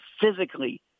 physically